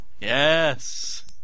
Yes